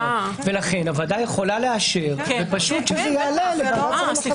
לכן הוועדה יכולה לאשר ופשוט שזה יעלה לוועדת השרים לענייני חקיקה.